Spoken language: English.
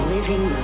Living